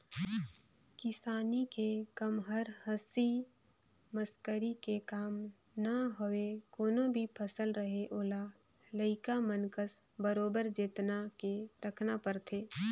किसानी के कम हर हंसी मसकरी के काम न हवे कोनो भी फसल रहें ओला लइका मन कस बरोबर जेतना के राखना परथे